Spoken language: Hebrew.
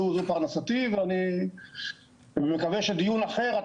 זה פרנסתי ואני מקווה שדיון אחר את